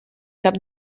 cap